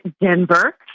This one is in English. Denver